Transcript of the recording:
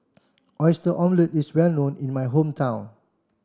Oyster Omelette is well known in my hometown